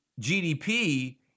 GDP